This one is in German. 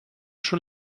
schon